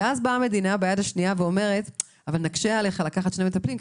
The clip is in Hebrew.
אבל אז באה המדינה ביד השנייה ואומרת שהיא תקשה עליו לקחת שני מטפלים,